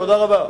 תודה רבה.